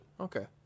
okay